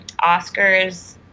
Oscars